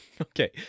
Okay